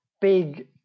big